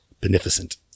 beneficent